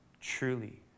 truly